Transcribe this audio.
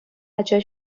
ача